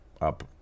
up